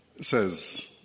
says